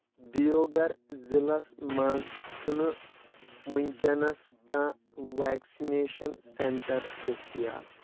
دِیوگر ضلعس مَنٛز چھُنہٕ وُنکیٚنَس کانٛہہ ویکسِنیشن سینٹر دٔستِیاب